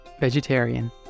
Vegetarian